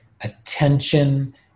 attention